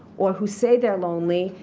or who say they are lonely,